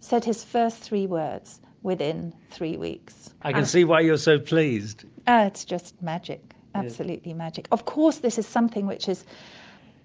said his first three words within three weeks. i can see why you're so pleased. it's just magic, absolutely magic. of course this is something which is